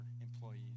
employees